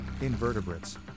invertebrates